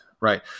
Right